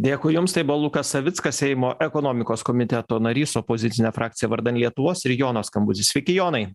dėkui jums lukas savickas seimo ekonomikos komiteto narys opozicine frakcija vardan lietuvos ir jono skambutis sveiki jonai